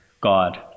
God